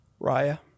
Raya